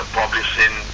publishing